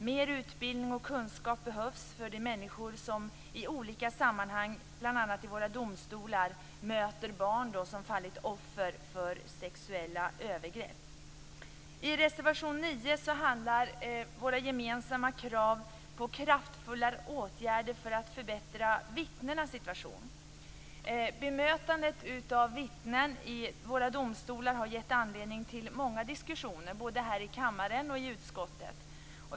Mer utbildning och kunskap behövs för de människor som i olika sammanhang, bl.a. i våra domstolar, möter barn som fallit offer för sexuella övergrepp. Reservation 9 handlar om våra gemensamma krav på kraftfulla åtgärder för att förbättra vittnenas situation. Bemötandet av vittnen i våra domstolar har gett anledning till många diskussioner både i kammaren och i utskottet.